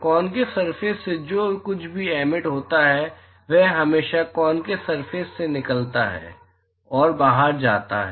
concave surface से जो कुछ भी एमिट होता है वह हमेशा कॉनकेव सरफेस से निकलता है और बाहर जाता है